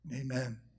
Amen